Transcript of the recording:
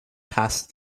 passed